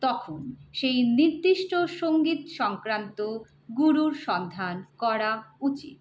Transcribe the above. তখন সেই নির্দিষ্ট সঙ্গীত সংক্রান্ত গুরুর সন্ধান করা উচিত